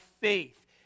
faith